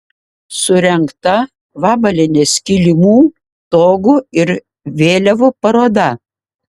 surengta vabalienės kilimų togų ir vėliavų paroda